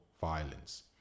violence